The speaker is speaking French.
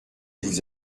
vous